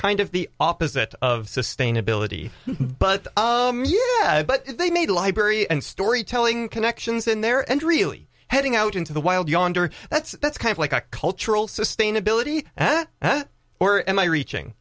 kind of the opposite of sustainability but yeah but if they made a library and storytelling connections in there and really heading out into the wild yonder that's that's kind of like a cultural sustainability or am i reaching